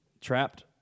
trapped